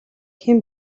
хэн